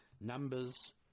Numbers